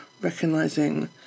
recognising